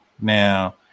Now